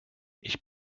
ich